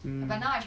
mm